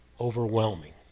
overwhelming